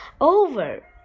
Over